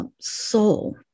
soul